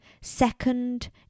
Second